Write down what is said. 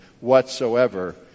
whatsoever